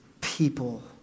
people